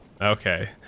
Okay